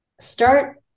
start